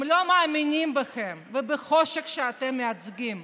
הם לא מאמינים בכם ובחושך שאתם מייצגים.